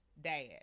dad